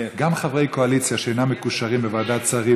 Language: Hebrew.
גם חברי קואליציה שאינם מקושרים בוועדת שרים,